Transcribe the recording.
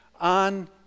on